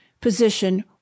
position